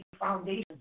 foundations